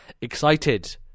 excited